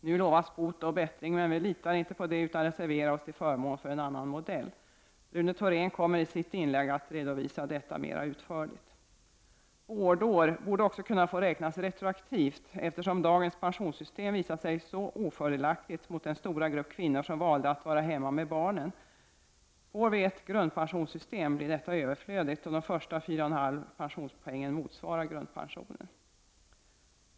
Nu lovas bot och bättring, men vi litar inte på det utan reserverar oss till förmån för en annan modell. Rune Thorén kommer i sitt inlägg att redovisa detta mera utförligt. Vårdår borde också kunna få räknas retroaktivt, eftersom dagens pensionssystem visat sig så ofördelaktigt mot den stora grupp kvinnor som valde att vara hemma med barnen. Får vi ett grundpensionssystem blir detta överflödigt då de första 4,5 pensionspoängen motsvarar grundpensionen.